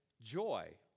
joy